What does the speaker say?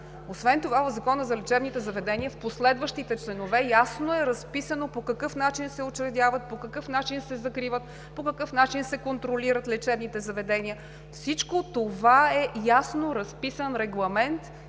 Освен това в Закона за лечебните заведения в последващите членове ясно е разписано по какъв начин се учредяват, по какъв начин се закриват, по какъв начин се контролират лечебните заведения. Всичко това е ясно разписан регламент